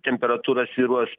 temperatūra svyruos